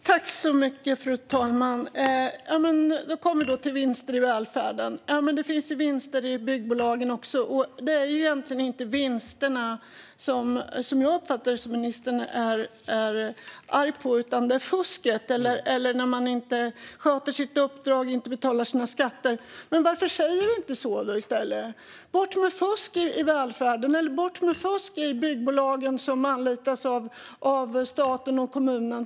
Fru talman! Vi talar om vinster i välfärden. Men det finns ju vinster i byggbolagen också. Det är egentligen inte vinsterna som jag uppfattar att ministern är arg på, utan det är fusket eller när man inte sköter sitt uppdrag eller betalar sina skatter. Men varför säger ministern inte det i stället? Säg: Bort med fusk i välfärden! Eller säg: Bort med fusk i byggbolagen som anlitas av staten och kommunen!